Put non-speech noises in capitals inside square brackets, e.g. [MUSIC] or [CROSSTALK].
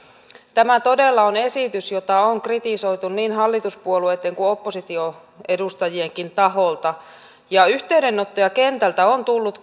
tämä todella on esitys jota on kritisoitu niin hallituspuolueitten kuin opposition edustajienkin taholta ja yhteydenottoja kentältä on tullut [UNINTELLIGIBLE]